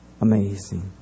Amazing